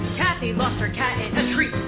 cathy lost her cat in a tree,